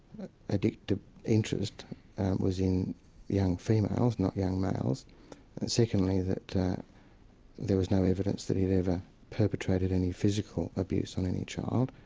addictive interest was in young females, not young males, and secondly that that there was no evidence that he'd ever perpetrated any physical abuse on any child,